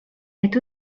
est